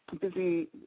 busy